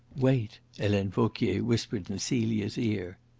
wait! helene vauquier whispered in celia's ear.